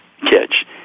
catch